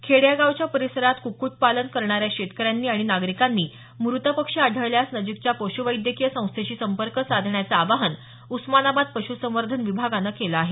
खेड या गावच्या परिसरात क्क्टपालन करणाऱ्या शेतकऱ्यांनी आणि नागरिकांनी मृत पक्षी आढळल्यास नजीकच्या पश् वैद्यकीय संस्थेशी संपर्क साधण्याचं आवाहन उस्मानाबाद पश्रसंर्वधन विभागानं केलं आहे